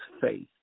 faith